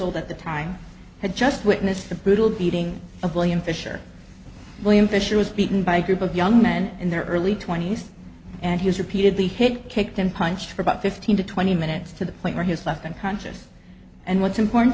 old at the time had just witnessed the brutal beating of william fisher william fisher was beaten by a group of young men in their early twenty's and he was repeatedly hit kicked and punched for about fifteen to twenty minutes to the point where his left unconscious and what's important